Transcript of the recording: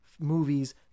movies